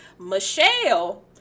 michelle